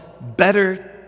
better